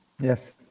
Yes